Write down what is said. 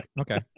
okay